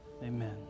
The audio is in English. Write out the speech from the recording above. Amen